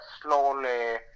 slowly